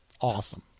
awesome